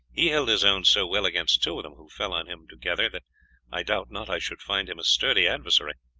he held his own so well against two of them who fell on him together that i doubt not i should find him a sturdy adversary.